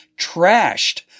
trashed